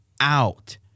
out